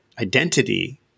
identity